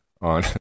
on